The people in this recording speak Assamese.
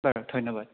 বাৰু ধন্যবাদ